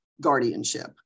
guardianship